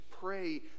pray